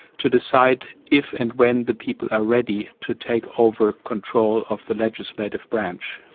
to decide if and when the people are ready to take over control of the legislative branch.